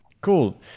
Cool